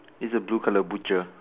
it's a blue colour butchers